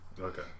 Okay